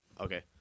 Okay